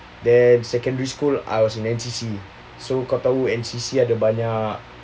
then secondary school I was in N_C_C so kau tahu N_C_C ada banyak